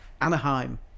Anaheim